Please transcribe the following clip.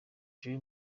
joel